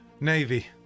Navy